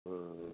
ஆ